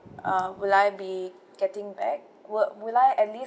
uh will I be getting back will will I at least